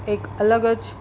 એક અલગ જ